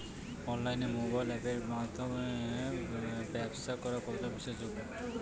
অনলাইনে মোবাইল আপের মাধ্যমে ব্যাবসা করা কতটা বিশ্বাসযোগ্য?